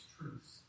truths